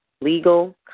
legal